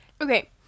Okay